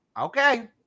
okay